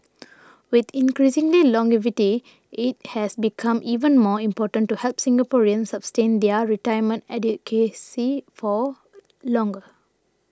with increasing longevity it has become even more important to help Singaporeans sustain their retirement adequacy for longer